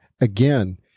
again